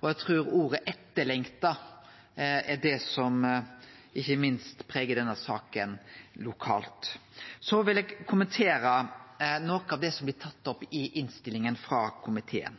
det. Eg trur ordet «etterlengta» er noko som beskriv denne saka, ikkje minst lokalt. Eg vil kommentere noko av det som blir tatt opp i innstillinga frå komiteen.